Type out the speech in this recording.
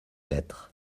lettre